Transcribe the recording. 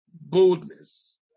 boldness